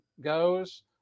goes